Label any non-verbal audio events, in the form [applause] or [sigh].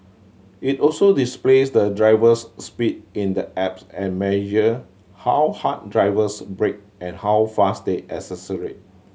it also displays the driver's speed in the apps and measure how hard drivers brake and how fast they [unintelligible]